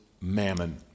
mammon